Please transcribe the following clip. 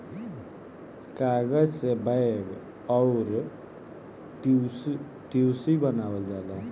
कागज से बैग अउर टिशू बनावल जाला